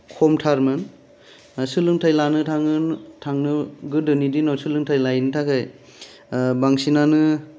खमथारमोन सोलोंथाय लानो थाङो थांनो गोदोनि दिनाव सोलोंथाय लायनो थाखाय ओ बांसिनानो